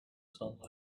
sunlight